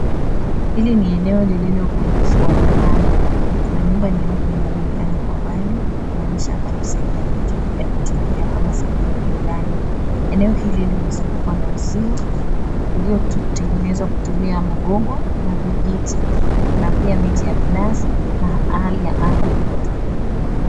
Hili ni eneo lililo kwenye ufuo wa bahari, kuna nyumba nyeupe inayoonekana kwa mbali, kumaanisha hapa ni sehemu ya kutulia ama sehemu ya burudani. Eneo hili limezungukwa na uzio uliotengenezwa kutumia magogo na vijiti. Kuna pia miti ya minazi na hali ya anga iko tulivu.